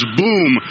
boom